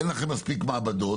אין לכם מספיק מעבדות